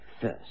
first